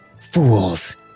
Fools